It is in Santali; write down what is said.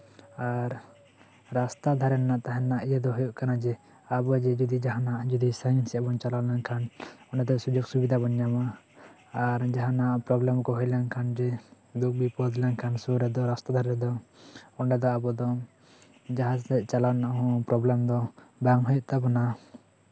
ᱟᱨ ᱨᱟᱥᱛᱟ ᱫᱷᱟᱨᱮ ᱨᱮᱱᱟᱜ ᱛᱟᱦᱮᱱ ᱨᱮᱱᱟᱜ ᱤᱭᱟᱹ ᱫᱚ ᱦᱩᱭᱩᱜ ᱠᱟᱱᱟ ᱡᱮ ᱟᱵᱚ ᱡᱚᱫᱤ ᱡᱟᱦᱟᱱᱟᱜ ᱡᱚᱫᱤ ᱥᱟᱺᱜᱤᱧ ᱥᱮᱜ ᱵᱚᱱ ᱪᱟᱞᱟᱣ ᱞᱮᱱᱠᱷᱟᱱ ᱚᱱᱰᱮ ᱫᱚ ᱥᱩᱡᱳᱜ ᱥᱩᱵᱤᱫᱷᱟ ᱵᱚᱱ ᱧᱟᱢᱟ ᱟᱨ ᱡᱟᱦᱟᱱᱟᱜ ᱯᱨᱚᱵᱮᱞᱮᱢ ᱠᱚ ᱦᱩᱭ ᱞᱮᱱᱠᱷᱟᱱ ᱡᱮ ᱫᱩᱠ ᱵᱤᱯᱚᱫ ᱞᱮᱱᱠᱷᱟᱱ ᱥᱩᱨ ᱨᱮᱫᱚ ᱨᱟᱥᱛᱟ ᱫᱷᱟᱨᱮ ᱨᱮᱫᱚ ᱚᱸᱰᱮ ᱫᱚ ᱟᱵᱚ ᱫᱚ ᱡᱟᱦᱟᱸ ᱥᱮᱜ ᱪᱟᱞᱟᱣ ᱨᱮᱱᱟᱜ ᱦᱚᱸ ᱯᱨᱚᱵᱞᱮᱢ ᱫᱚ ᱵᱟᱝ ᱦᱩᱭᱩᱜ ᱛᱟᱵᱳᱱᱟ